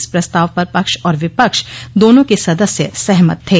इस प्रस्ताव पर पक्ष और विपक्ष दोनों के सदस्य सहमत थे